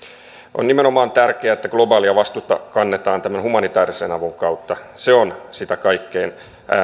on nimenomaan tärkeää että globaalia vastuuta kannetaan tämän humanitäärisen avun kautta se on sitä kaikkein kriittisimmin